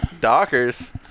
Dockers